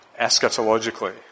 eschatologically